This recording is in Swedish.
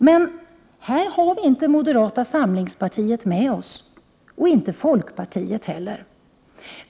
Men här har vi inte moderata samlingspartiet med oss — och inte folkpartiet heller.